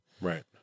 Right